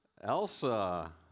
Elsa